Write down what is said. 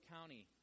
County